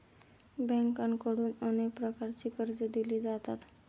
बँकांकडून अनेक प्रकारची कर्जे दिली जातात